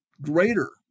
greater